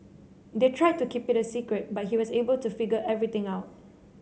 they tried to keep it a secret but he was able to figure everything out